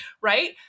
Right